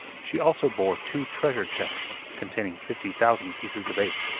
she also bore two treasure-chests containing fifty thousand pieces of eight.